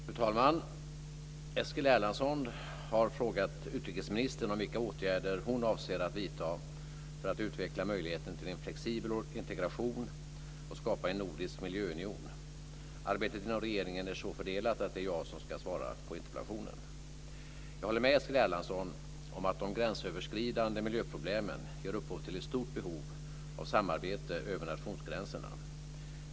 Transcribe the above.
Fru talman! Eskil Erlandsson har frågat utrikesministern om vilka åtgärder hon avser att vidta för att utveckla möjligheten till flexibel integration och skapa en nordisk miljöunion. Arbetet inom regeringen är så fördelat att det är jag som ska svara på interpellationen. Jag håller med Eskil Erlandsson om att de gränsöverskridande miljöproblemen ger upphov till ett stort behov av samarbete över nationsgränserna.